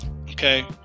okay